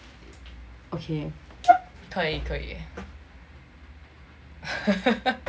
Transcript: okay 可以可以